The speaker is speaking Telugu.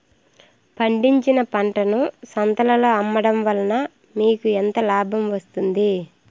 పండించిన పంటను సంతలలో అమ్మడం వలన మీకు ఎంత లాభం వస్తుంది?